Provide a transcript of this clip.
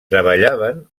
treballaven